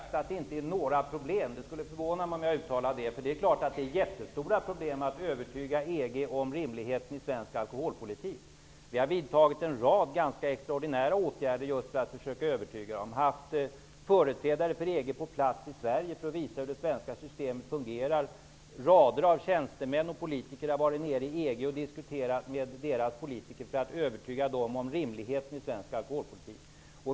Fru talman! Jag vet inte om jag har sagt att det inte är några problem -- det skulle förvåna mig mycket om jag hade uttalat mig så. Det är klart att det är jättestora problem att övertyga EG om rimligheten i svensk alkoholpolitik. Vi har vidtagit en rad extraordinära åtgärder just för att övertyga EG. Vi har haft företrädare för EG på plats i Sverige för att visa hur det svenska Systemet fungerar. Rader av tjänstemän och politiker har varit nere i EG och diskuterat med dess politiker för att övertyga dem om rimligheten i svensk alkoholpolitik.